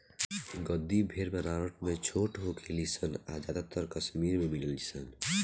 गद्दी भेड़ बनावट में छोट होखे ली सन आ ज्यादातर कश्मीर में मिलेली सन